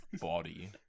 body